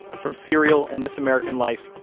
from serial and this american life,